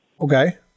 Okay